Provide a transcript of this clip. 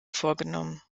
vorgenommen